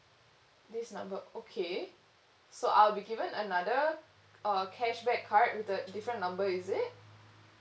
this number okay so I'll be given another uh cashback card with a different number is it